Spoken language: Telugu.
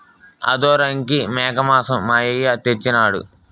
ఆదోరంకి మేకమాంసం మా అయ్య తెచ్చెయినాడు